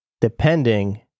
depending